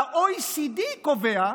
וה-OECD קובע,